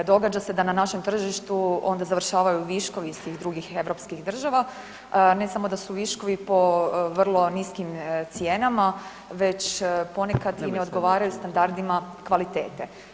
Događa se da na našem tržištu onda završavaju viškovi iz tih drugih europskih država, ne samo da su viškovi po vrlo niskim cijenama već ponekad i ne odgovaraju standardima kvalitete.